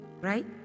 Right